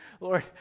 Lord